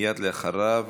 מייד אחריו